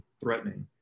threatening